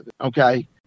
okay